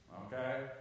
okay